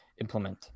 implement